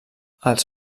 els